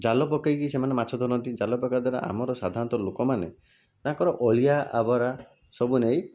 ଜାଲ ପକାଇକି ସେମାନେ ମାଛ ଧରନ୍ତି ଜାଲ ପକାଇବା ଦ୍ୱାରା ଆମର ସାଧାରଣତଃ ଲୋକମାନେ ତାଙ୍କର ଅଳିଆ ଆବରା ସବୁ ନେଇ